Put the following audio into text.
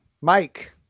Mike